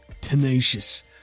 Tenacious